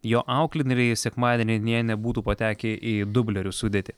jo auklėtiniai sekmadienį nė nebūtų patekę į dublerių sudėtį